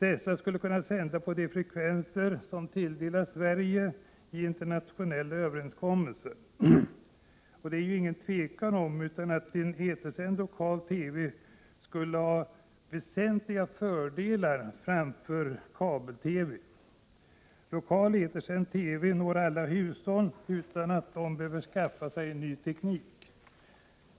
Dessa skall kunna sända på de frekvenser som tilldelats Sverige genom internationella överenskommelser. Det råder inga tvivel om att en etersänd lokal TV skulle ha väsentliga fördelar framför kabel-TV. Lokal etersänd TV kan nå alla hushåll utan att dessa behöver skaffa ny teknik.